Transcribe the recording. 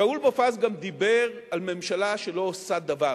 שאול מופז גם דיבר על ממשלה שלא עושה דבר